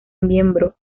miembro